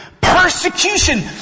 persecution